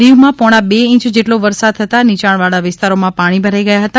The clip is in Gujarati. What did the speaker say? દીવમાં પોણા બે ઇંચ જેટલો વરસાદ થતાં નીચાણવાળા વિસ્તારોમાં પાણી ભરાઇ ગયા હતા